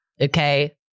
okay